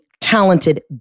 talented